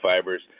fibers